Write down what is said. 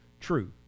true